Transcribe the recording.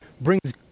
brings